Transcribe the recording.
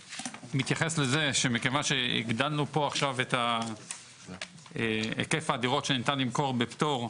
מתייחס לזה שמכיוון שהגדלנו פה עכשיו את היקף הדירות שניתן למכור בפטור,